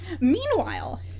Meanwhile